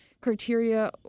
criteria